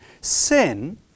Sin